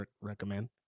recommend